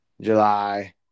July